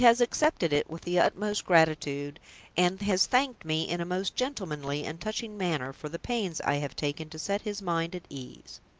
he has accepted it with the utmost gratitude and has thanked me in a most gentlemanly and touching manner for the pains i have taken to set his mind at ease.